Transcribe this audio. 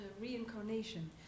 reincarnation